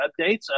updates